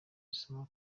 isomo